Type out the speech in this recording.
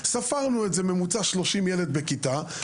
ספרנו בממוצע 30 ילדים בכיתה,